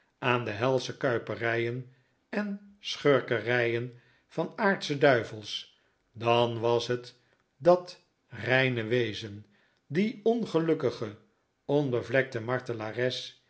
aan de helsche kuiperijen en schurkerijen van aardsche duivels dan was het dat reine wezen die ongelukkige onbevlekte